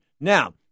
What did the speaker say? Now